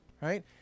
right